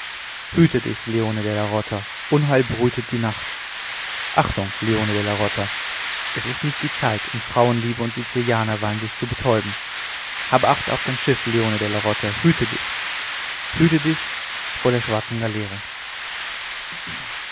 hüte dich leone della rota unheil brütet die nacht achtung leone della rota es ist nicht die zeit in frauenliebe und sizilianerwein sich zu betäuben habe acht auf dein schiff schütze dein schiff leone della rota hüte dich hüte dich vor der schwarzen galeere